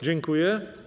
Dziękuję.